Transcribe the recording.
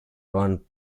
run